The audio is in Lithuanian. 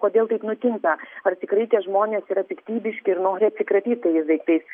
kodėl taip nutinka ar tikrai tie žmonės yra piktybiški ir nori atsikratyt tais daiktais